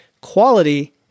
Quality